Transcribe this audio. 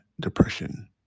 depression